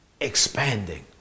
expanding